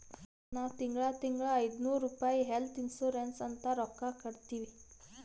ನಾವ್ ತಿಂಗಳಾ ತಿಂಗಳಾ ಐಯ್ದನೂರ್ ರುಪಾಯಿ ಹೆಲ್ತ್ ಇನ್ಸೂರೆನ್ಸ್ ಅಂತ್ ರೊಕ್ಕಾ ಕಟ್ಟತ್ತಿವಿ